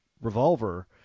revolver